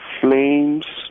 flames